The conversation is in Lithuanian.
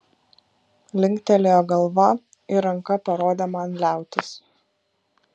linktelėjo galva ir ranka parodė man liautis